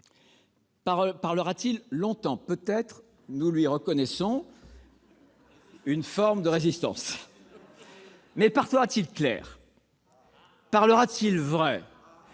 Parlera-t-il longtemps ? Peut-être ... Nous lui reconnaissons une forme de résistance. Mais parlera-t-il clair ? Parlera-t-il vrai ?